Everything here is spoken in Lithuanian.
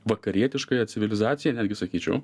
vakarietiškąją civilizaciją netgi sakyčiau